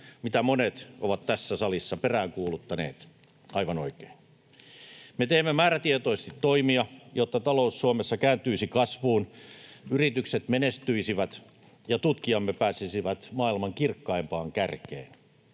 mitä monet ovat tässä salissa peräänkuuluttaneet aivan oikein. Me teemme määrätietoisesti toimia, jotta talous Suomessa kääntyisi kasvuun, yritykset menestyisivät ja tutkijamme pääsisivät maailman kirkkaimpaan kärkeen.